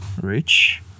rich